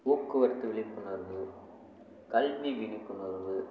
போக்குவரத்து விழிப்புணர்வு கல்வி விழிப்புணர்வு